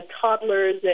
toddlers